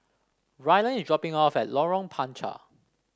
Ryland is dropping off at Lorong Panchar